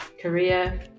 Korea